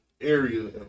area